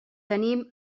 tenim